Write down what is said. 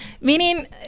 meaning